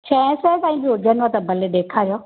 छह सौ ताईं बि हुजनिव त भले ॾेखारियो